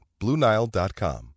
BlueNile.com